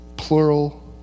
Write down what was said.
plural